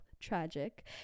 Tragic